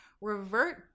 revert